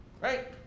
right